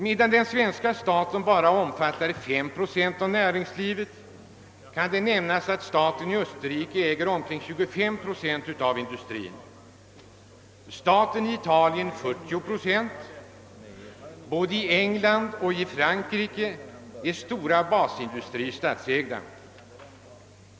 Medan den svenska statens företagsverksamhet bara omfattar 5 procent av näringslivet kan nämnas att staten i Österrike äger omkring 25 procent och staten i Italien 40 procent av industrin. Både i England och i Frankrike är stora basindustrier statsägda.